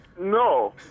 No